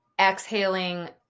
exhaling